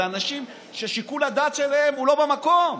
זה אנשים ששיקול הדעת שלהם הוא לא במקום.